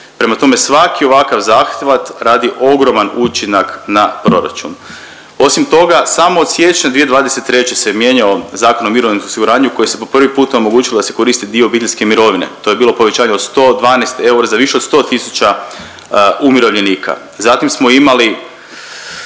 prema tome, svaki ovakav zahvat radi ogroman učinak na proračun. Osim toga, samo od siječnja 2023. se Zakon o mirovinskom osiguranju koji se po prvi put omogućilo da se koristi dio obiteljske mirovine. To je bilo povećanje od 112 eura, za više od 100 tisuća umirovljenika. Zatim smo imali